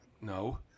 No